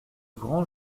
grand